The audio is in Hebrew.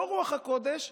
לא רוח הקודש,